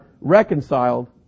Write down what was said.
reconciled